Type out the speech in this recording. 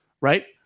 right